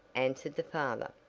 answered the father,